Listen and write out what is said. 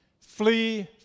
Flee